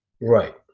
Right